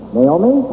Naomi